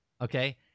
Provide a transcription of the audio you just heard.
okay